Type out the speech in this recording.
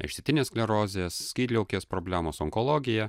išsėtinės sklerozės skydliaukės problemos onkologija